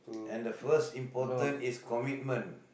and the first important is commitment